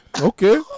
Okay